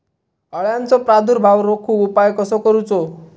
अळ्यांचो प्रादुर्भाव रोखुक उपाय कसो करूचो?